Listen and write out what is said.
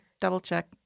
double-check